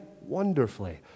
wonderfully